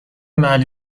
محلی